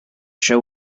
show